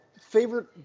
favorite